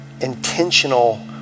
intentional